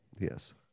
Yes